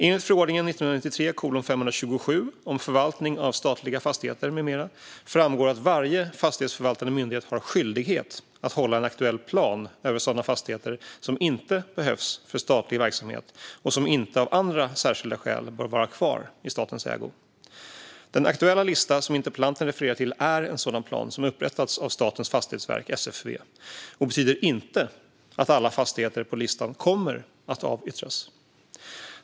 Enligt förordningen om förvaltning av statliga fastigheter med mera framgår att varje fastighetsförvaltande myndighet har skyldighet att hålla en aktuell plan över sådana fastigheter som inte behövs för statlig verksamhet och som inte av andra särskilda skäl bör vara kvar i statens ägo. Den aktuella lista som interpellanten refererar till är en sådan plan som upprättats av Statens fastighetsverk, SFV, och betyder inte att alla fastigheter på listan kommer att avyttras.